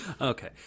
Okay